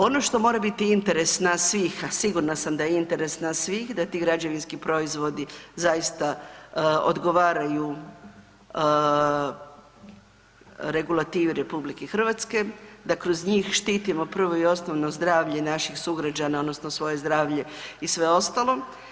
Ono što mora biti interes nas svih, a sigurna sam da je interes nas svih da ti građevinski proizvodi zaista odgovaraju regulativi RH, da kroz njih štitimo prvo i osnovno zdravlje naših sugrađana odnosno svoje zdravlje i sve ostalo.